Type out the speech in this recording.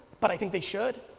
but i think they should.